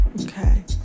okay